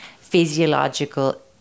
physiological